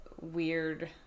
weird